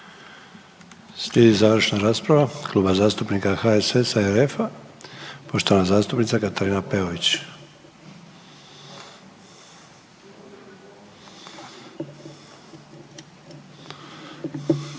Slijedi završna rasprava Kluba zastupnika HSS-a i RFA poštovana zastupnica Katarina Peović.